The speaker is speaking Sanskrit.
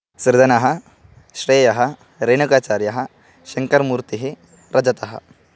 सृजनः श्रेयः रेणुकाचार्यः शङ्कर्मूर्तिः रजतः